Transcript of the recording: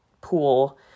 pool